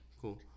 Cool